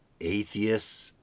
atheists